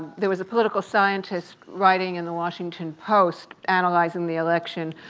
there was a political scientist writing in the washington post, analyzing the election,